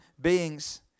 beings